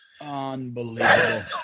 unbelievable